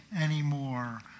anymore